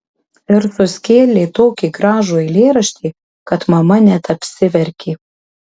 ir suskėlė tokį gražų eilėraštį kad mama net apsiverkė